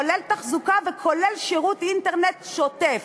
כולל תחזוקה וכולל שירות אינטרנט שוטף.